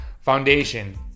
foundation